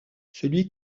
celui